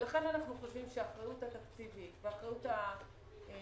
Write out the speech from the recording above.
לכן אנחנו חושבים שהאחריות התקציבית והאחריות המקצועית,